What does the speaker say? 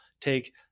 take